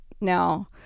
Now